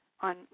on